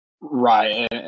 Right